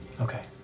Okay